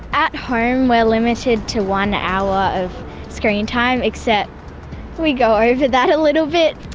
at home we're limited to one hour of screen time, except we go over that little bit.